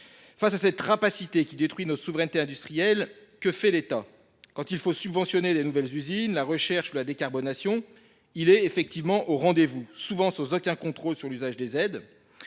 Face à cette rapacité qui détruit notre souveraineté industrielle, que fait l'État ? Quand il faut subventionner des nouvelles usines, la recherche ou la décarbonation, il est effectivement au rendez-vous, souvent sans aucun contrôle sur l'usage des aides.